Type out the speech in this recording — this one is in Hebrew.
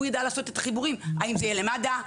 הוא יידע לעשות את החיבורים: האם זה יהיה למד"א?